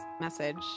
message